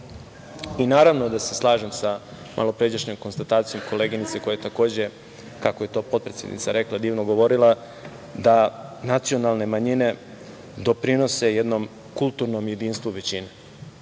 Naravno, da se slažem i sa malopređašnjom konstatacijom koleginice koja je takođe, kako je to potpredsednica rekla, divno govorila da nacionalne manjine doprinose jednom kulturnom jedinstvu većine.